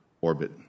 orbit